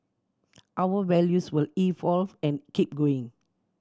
our values will evolve and keep going